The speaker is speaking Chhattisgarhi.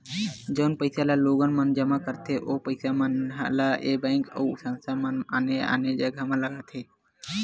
जउन पइसा ल लोगन मन जमा करथे ओ पइसा मन ल ऐ बेंक अउ संस्था मन आने आने जघा म लगाथे